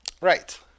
Right